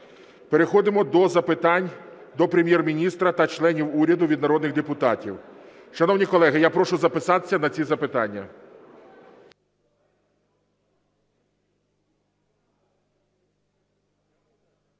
Переходимо до запитань до Прем'єр-міністра та членів уряду від народних депутатів. Шановні колеги, я прошу записатися на ці запитання.